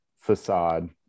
facade